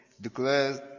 declares